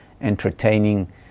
entertaining